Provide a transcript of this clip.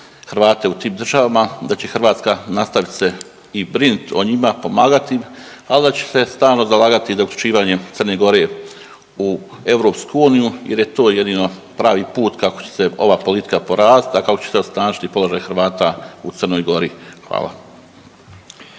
Hrvate u tim državama, da će Hrvatska nastaviti se i brinuti o njima, pomagati im, ali da će se stalno zalagati uključivanjem Crne Gore u EU jer je to jedini pravi put kako će se ova politika poraziti, a kako se osnažiti položaj Hrvata u Crnoj Gori. Hvala.